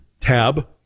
tab